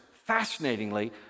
fascinatingly